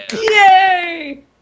yay